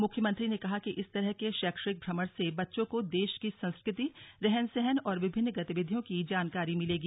मुख्यमंत्री ने कहा कि इस तरह के शैक्षणिक भ्रमण से बच्चों को देश की संस्कृति रहन सहन और विभिन्न गतिविधियों की जानकारी मिलेगी